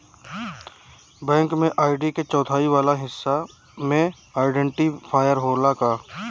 Bank में ID के चौथाई वाला हिस्सा में आइडेंटिफैएर होला का?